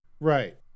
Right